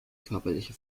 körperliche